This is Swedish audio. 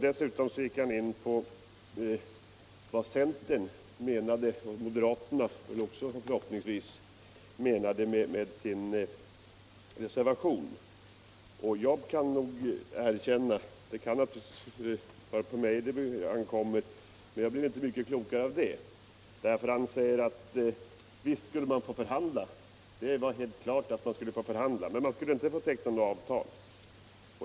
Dessutom gick han in på vad centern — och förhoppningsvis också moderaterna — menar med sin reservation. Jag kan erkänna — det kan naturligtvis vara på mig det an kommer — att jag inte blev mycket klokare av det. Han säger: Visst skulle man få förhandla, det är helt klart, men man skulle inte få teckna avtal.